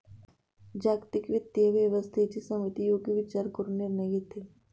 जागतिक वित्तीय व्यवस्थेची समिती योग्य विचार करून निर्णय घेते